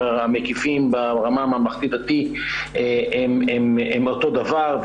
מקיפים ברמה הממלכתית-דתית הם אותו דבר,